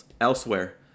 elsewhere